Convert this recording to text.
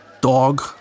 dog